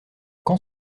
quand